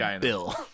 Bill